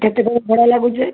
କେତେ ଟଙ୍କା ଭଡ଼ା ଲାଗୁଛି